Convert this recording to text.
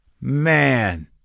man